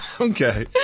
Okay